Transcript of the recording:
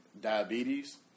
diabetes